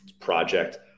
project